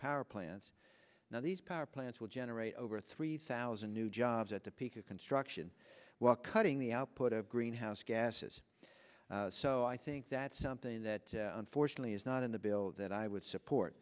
power plants now these power plants will generate over three thousand new jobs at the peak of construction while cutting the output of greenhouse gases so i think that's something that unfortunately is not in the bill that i would